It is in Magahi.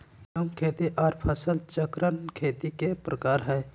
झूम खेती आर फसल चक्रण खेती के प्रकार हय